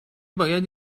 باید